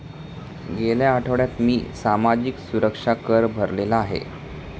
गेल्या आठवड्यात मी सामाजिक सुरक्षा कर भरलेला आहे